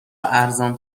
ارزان